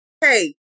hey